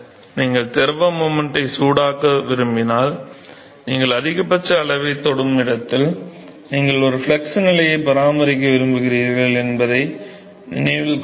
நீங்கள் திரவ மொமென்டை சூடாக்க விரும்பினால் நீங்கள் அதிகபட்ச அளவைத் தொடும் இடத்தில் நீங்கள் ஒரு ஃப்ளக்ஸ் நிலையை பராமரிக்க விரும்புகிறீர்கள் என்பதை நினைவில் கொள்ளுங்கள்